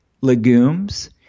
legumes